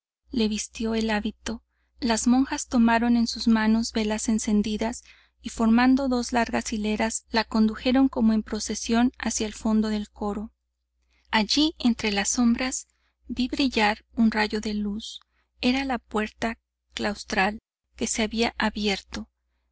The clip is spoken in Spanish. le vistió el hábito las monjas tomaron en sus manos velas encendidas y formando dos largas hileras la condujeron como en procesión hacia el fondo del coro allí entre las sombras vi brillar un rayo de luz era la puerta claustral que se había abierto